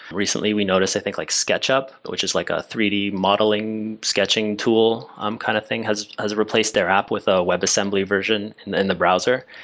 recently, we notice i think like sketchup, which is like a three d modeling sketching tool um kind of thing has has replaced their app with a web assembly version in the browser,